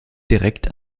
direkt